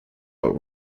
but